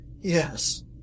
Yes